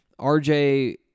RJ